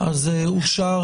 הצבעה